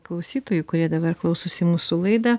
klausytojų kurie dabar klausosi mūsų laidą